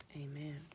Amen